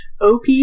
OP